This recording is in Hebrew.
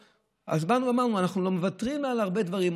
באנו ואמרנו: אנחנו לא מוותרים על הרבה דברים,